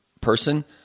person